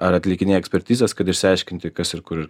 ar atlikinėja ekspertizes kad išsiaiškinti kas ir kur